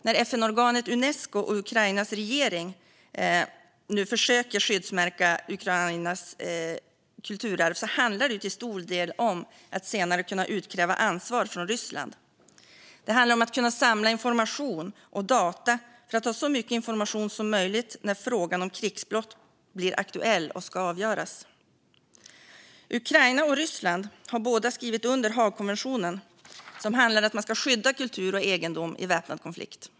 När FN-organet Unesco och Ukrainas regering nu försöker att skyddsmärka Ukrainas kulturarv handlar det till stor del om att senare kunna utkräva ansvar av Ryssland. Det handlar om att kunna samla information och data för att ha så mycket information som möjligt när frågan om krigsbrott blir aktuell och ska avgöras. Ukraina och Ryssland har båda skrivit under Haagkonventionen, som handlar om att skydda kultur och egendom i väpnad konflikt.